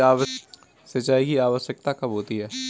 सिंचाई की आवश्यकता कब होती है?